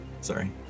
Sorry